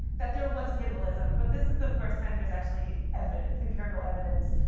that there was cannibalism. but this is the first time there's actually evidence, empirical evidence,